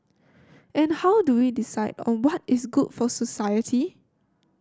and how do we decide on what is good for society